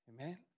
Amen